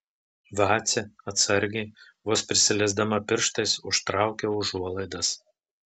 vacė atsargiai vos prisiliesdama pirštais užtraukia užuolaidas